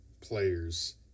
players